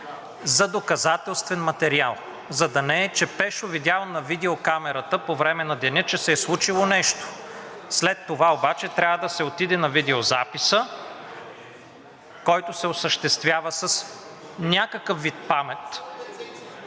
за доказателствен материал. За да не е, че Пешо видял на видеокамерата през деня, че се е случило нещо, след това обаче трябва да се пусне видеозаписът, който се осъществява с някакъв вид памет,